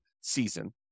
season